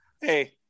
Hey